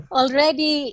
already